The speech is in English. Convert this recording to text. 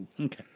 Okay